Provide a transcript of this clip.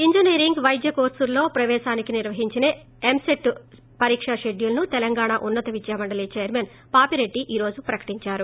engineering వైద్య కోర్పుల్లో ప్రవేశానికి నిర్వహించే ఎంసెట్ పరీక్ష పెడ్యూల్ను తెలంగాణ ఉన్నత విద్యామండలి చైర్మన్ పాపిరెడ్డి ఈ రోజు ప్రకటించారు